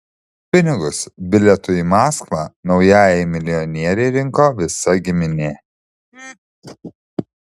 pinigus bilietui į maskvą naujajai milijonierei rinko visa giminė